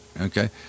Okay